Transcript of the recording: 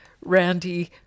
Randy